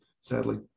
sadly